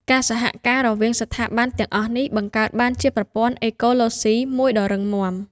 ការសហការរវាងស្ថាប័នទាំងអស់នេះបង្កើតបានជាប្រព័ន្ធអេកូឡូស៊ីមួយដ៏រឹងមាំ។